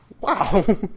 Wow